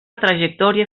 trajectòria